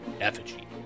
Effigy